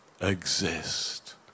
exist